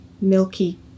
milky